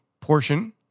portion